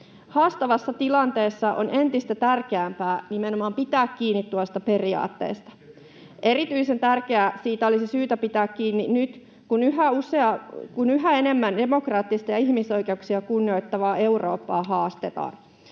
Haastavassa tilanteessa on entistä tärkeämpää nimenomaan pitää kiinni tuosta periaatteesta. Erityisen tärkeää siitä olisi syytä pitää kiinni nyt, kun yhä enemmän demokraattista ja ihmisoikeuksia kunnioittavaa Eurooppaa haastetaan.